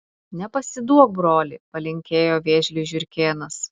nepasiduok broli palinkėjo vėžliui žiurkėnas